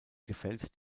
gefällt